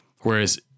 Whereas